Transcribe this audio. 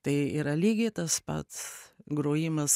tai yra lygiai tas pats grojimas